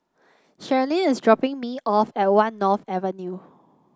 Cherilyn is dropping me off at One North Avenue